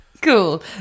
Cool